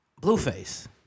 Blueface